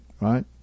right